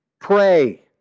pray